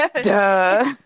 Duh